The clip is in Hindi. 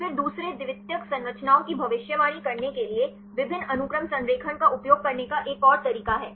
फिर दूसरे द्वितीयक संरचनाओं की भविष्यवाणी करने के लिए विभिन्न अनुक्रम संरेखण का उपयोग करने का एक और तरीका है